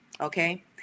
Okay